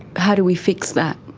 how do we fix that?